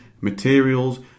materials